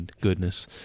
goodness